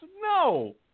no